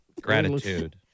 Gratitude